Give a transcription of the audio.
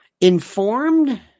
Informed